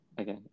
Okay